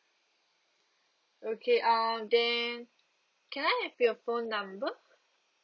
okay uh then can I have your phone number